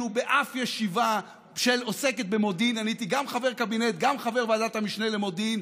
זאת מחלקה במשרד החוץ שעושה עבודתה נאמנה.